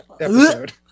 episode